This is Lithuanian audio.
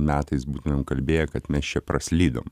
metais būtumėm kalbėję kad mes čia praslydom